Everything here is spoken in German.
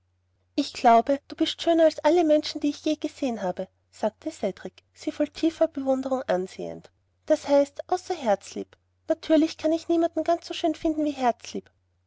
ich glaube daß du schöner bist als alle menschen die ich je gesehen habe sagte cedrik sie voll tiefer bewunderung ansehend das heißt außer herzlieb natürlich kann ich niemand ganz so schön finden wie